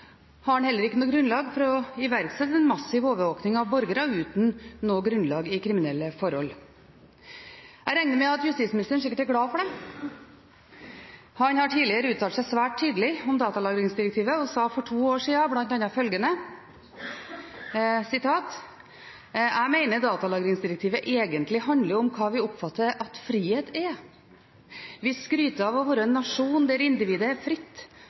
har en heller ikke noe grunnlag for å iverksette en massiv overvåkning av borgere uten noe grunnlag i kriminelle forhold. Jeg regner med at justisministeren sikkert er glad for det. Han har tidligere uttalt seg svært tydelig om datalagringsdirektivet og sa for to år siden bl.a. følgende: «Jeg mener at datalagringsdirektivet egentlig handler om hva vi oppfatter at frihet er. Vi skryter av å være en nasjon hvor individet er fritt